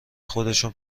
خودشون